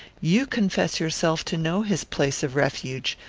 you confess yourself to know his place of refuge,